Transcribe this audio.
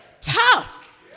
tough